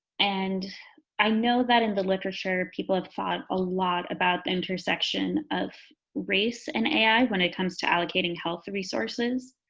and i know that in the literature people have thought a lot about the intersection of race and ai when it comes to allocating health resources.